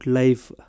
life